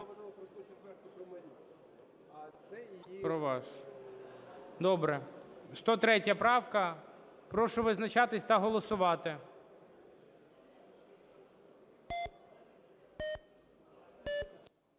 Добре. 103 правка. Прошу визначатися та голосувати.